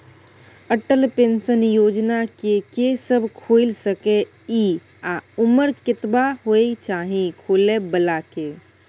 Atal pension Yojana के के सब खोइल सके इ आ उमर कतबा होय चाही खोलै बला के?